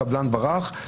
הקבלן ברח,